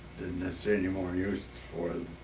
see any more use for them.